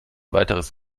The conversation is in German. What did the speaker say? weiteres